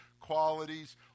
qualities